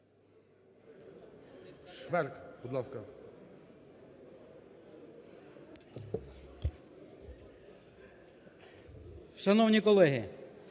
Шановні колеги,